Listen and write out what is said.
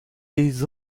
des